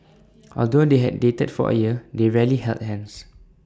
although they had dated for A year they rarely held hands